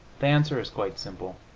the answer is quite simple.